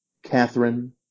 Catherine